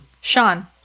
Sean